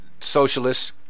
socialists